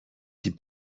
die